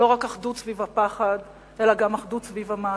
לא רק אחדות סביב הפחד, אלא גם אחדות סביב המעשה,